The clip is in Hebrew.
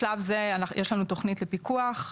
בשלב זה יש לנו תכנית לפיקוח,